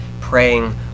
praying